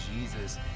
jesus